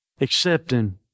accepting